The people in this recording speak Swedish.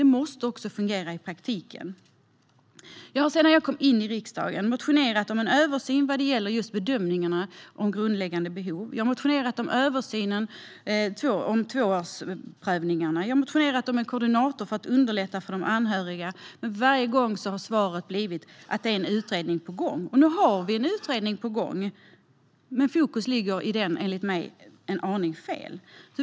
Det måste också fungera i praktiken. Jag har sedan jag kom in i riksdagen motionerat om en översyn vad gäller just bedömningarna om grundläggande behov. Jag har motionerat om en översyn av tvåårsprövningarna. Jag har motionerat om en koordinator för att underlätta för de anhöriga. Men varje gång har svaret blivit att det är en utredning på gång. Nu har vi en utredning på gång. Men fokus i den ligger, enligt mig, en aning fel.